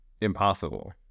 impossible